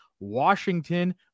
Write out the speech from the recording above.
washington